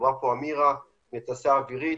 דיברה אמירה מהתעשייה האווירית,